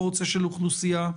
הוצא.